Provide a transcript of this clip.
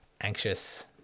anxious